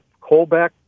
Colbeck